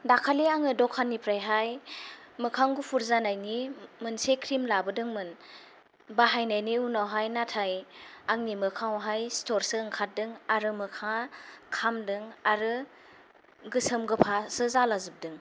दाखालिहाय आङो दखाननिफ्रायहाय मोखां गुफुर जानायनि मोनसे क्रिम लाबोदोंमोन बाहायनायनि उनावहाय नाथाय आंनि मोखाङावहाय सिथरसो ओंखारदों आरो मोखाङा खामदों आरो गोसोम गोफासो जालाजोबदों